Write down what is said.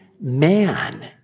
man